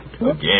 Again